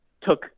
took